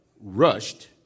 rushed